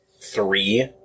three